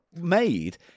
made